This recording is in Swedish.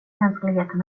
mänskligheten